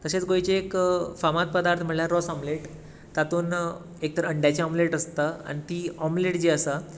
तशेंच गोंयचें एक फामाद पदार्थ म्हळ्यार रोस ओमलेट तातूंत एक तर अंड्याची ओमलेट आसता आनी ती ओमलेट जी आसा